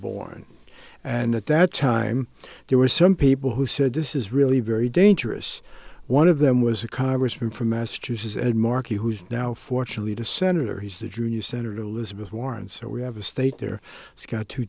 born and at that time there were some people who said this is really very dangerous one of them was a congressman from massachusetts ed markey who's now fortunately to senator he's the junior senator elizabeth warren so we have a state there it's got t